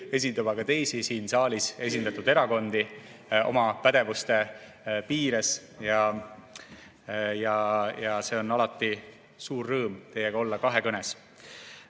esindama ka teisi siin saalis esindatud erakondi oma pädevuse piires. Ja on alati suur rõõm pidada teiega kahekõnet.